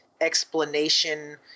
explanation